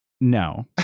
No